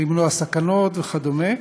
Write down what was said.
למנוע סכנות וכדומה,